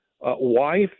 wife